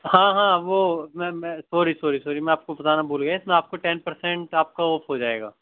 ہاں ہاں وہ میں میں سوری سوری سوری میں آپ کو بتانا بھول گیا اِس میں آپ کو ٹین پرسینٹ آپ کا آف ہو جائے گا